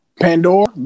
pandora